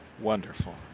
wonderful